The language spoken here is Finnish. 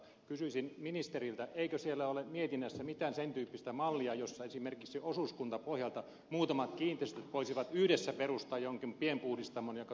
kysyisin ministeriltä eikö siellä ole mietinnässä mitään sen tyyppistä mallia jossa esimerkiksi osuuskuntapohjalta muutamat kiinteistöt voisivat yhdessä perustaa jonkin pienpuhdistamon joka toimisi tehokkaammin